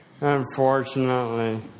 Unfortunately